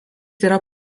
yra